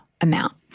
amount